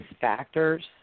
factors